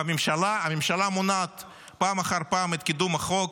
והממשלה מונעת פעם אחר פעם את קידום החוק,